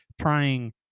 trying